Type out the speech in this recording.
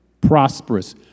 prosperous